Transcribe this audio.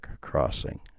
crossing